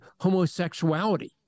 homosexuality